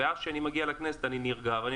ואז כשאני מגיע לכנסת אני נרגע ואני